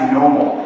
normal